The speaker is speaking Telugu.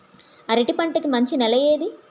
అరటి పంట కి మంచి నెల ఏది?